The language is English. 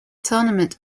tournament